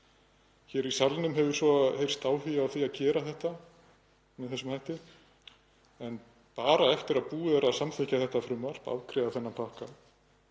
Hér í salnum hefur svo heyrst áhugi á því að gera þetta með þessum hætti en bara eftir að búið er að samþykkja þetta frumvarp, afgreiða þennan pakka,